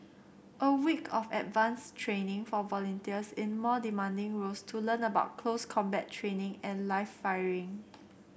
a week of advanced training for volunteers in more demanding roles to learn about close combat training and live firing